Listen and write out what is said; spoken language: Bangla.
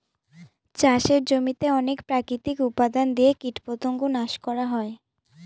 চাষের জমিতে অনেক প্রাকৃতিক উপাদান দিয়ে কীটপতঙ্গ নাশ করা হয়